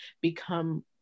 become